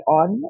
on